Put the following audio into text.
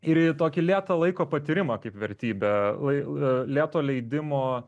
ir į tokį lėtą laiko patyrimą kaip vertybę lai lėto leidimo